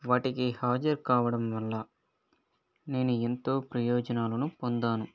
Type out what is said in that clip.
వాటికి హాజరు కావడం వల్ల నేను ఎంతో ప్రయోజనాలను పొందాను